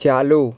ચાલુ